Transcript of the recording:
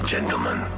Gentlemen